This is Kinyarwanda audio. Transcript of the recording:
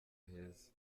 heza